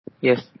Yes